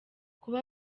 kuba